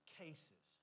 cases